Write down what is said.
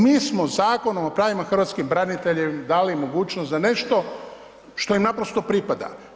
Mi smo Zakonom o pravima hrvatskih branitelja dali mogućnost za nešto što im naprosto pripada.